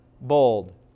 bold